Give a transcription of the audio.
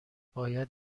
باید